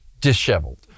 disheveled